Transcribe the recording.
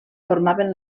formaven